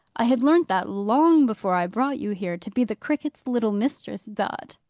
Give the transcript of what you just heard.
i had learnt that long before i brought you here, to be the cricket's little mistress, dot!